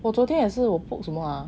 我昨天也是我什么 !huh!